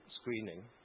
screening